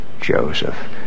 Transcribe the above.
Joseph